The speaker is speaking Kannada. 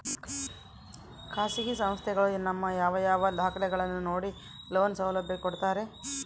ಖಾಸಗಿ ಸಂಸ್ಥೆಗಳು ನಮ್ಮ ಯಾವ ಯಾವ ದಾಖಲೆಗಳನ್ನು ನೋಡಿ ಲೋನ್ ಸೌಲಭ್ಯ ಕೊಡ್ತಾರೆ?